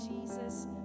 Jesus